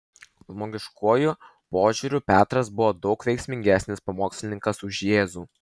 žmogiškuoju požiūriu petras buvo daug veiksmingesnis pamokslininkas už jėzų